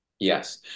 Yes